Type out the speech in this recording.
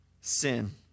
sin